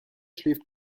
schläft